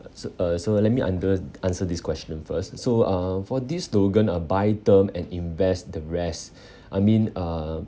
so uh so let me under~ answer this question first so uh for this slogan uh buy term and invest the rest I mean uh